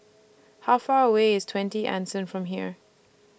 How Far away IS twenty Anson from here